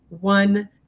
one